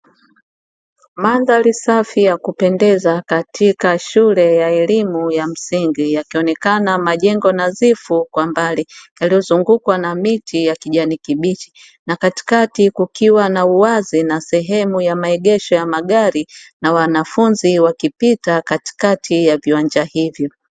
Mandhari safi ya kupendeza katika shule ya elimu ya msingi yakionekana majengo nadhifu kwa mbali yaliyozungukwa na miti ya kijani kibichi, na katikati kukiwa na uwazi na sehemu ya maegesho ya magari na wanafunzi wakipita katikati ya viwanja hivyo.